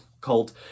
cult